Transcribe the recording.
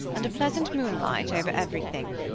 and a pleasant moonlight over everything.